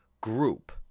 group